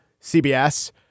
CBS